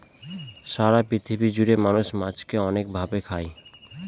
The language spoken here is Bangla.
সারা পৃথিবী জুড়ে মানুষ মাছকে অনেক ভাবে খায়